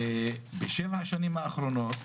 ובשבע השנים האחרונות